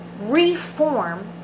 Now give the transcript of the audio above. reform